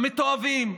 המתועבים.